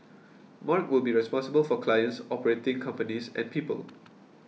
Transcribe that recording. mark will be responsible for clients operating companies and people